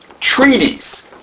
treaties